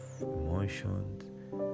emotions